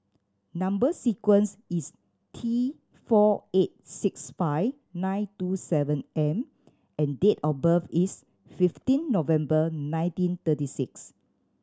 number sequence is T four eight six five nine two seven M and date of birth is fifteen November nineteen thirty six